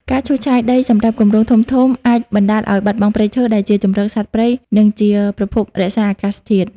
ការឈូសឆាយដីសម្រាប់គម្រោងធំៗអាចបណ្ដាលឲ្យបាត់បង់ព្រៃឈើ ដែលជាជម្រកសត្វព្រៃ និងជាប្រភពរក្សាអាកាសធាតុ។